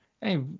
hey